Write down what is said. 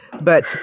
But-